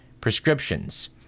prescriptions